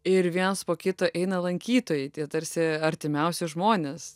ir vienas po kito eina lankytojai tarsi artimiausi žmonės